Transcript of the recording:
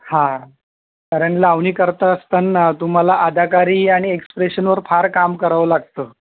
हा कारण लावणी करत असतांना तुम्हाला अदाकारी आणि एक्सप्रेशनवर फार काम करावं लागतं